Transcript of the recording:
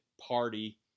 party